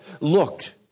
looked